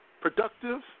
productive